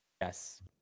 yes